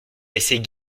laissait